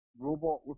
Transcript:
robot